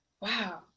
wow